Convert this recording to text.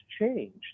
changed